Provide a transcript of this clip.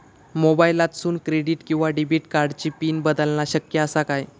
मोबाईलातसून क्रेडिट किवा डेबिट कार्डची पिन बदलना शक्य आसा काय?